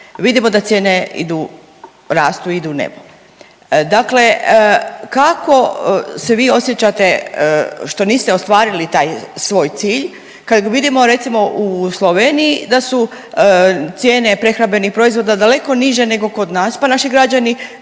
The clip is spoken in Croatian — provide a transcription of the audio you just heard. Vidimo da cijene idu, rastu, idu u nebo. Dakle, kako se vi osjećate što niste ostvarili taj svoj cilj kad vidimo recimo u Sloveniji da su cijene prehrambenih proizvoda daleko niže nego kod nas, pa naši građani